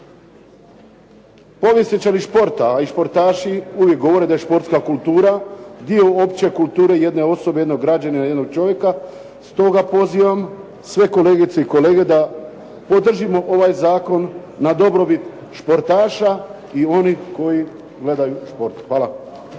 Povjesničari športa a i športaši uvijek govore da je športska kultura dio opće kulture jedne osobe, jednog građanina, jednog čovjeka. Stoga pozivam sve kolegice i kolege da podržimo ovaj zakon na dobrobit športaša i onih koji gledaju šport. Hvala.